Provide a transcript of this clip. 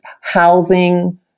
housing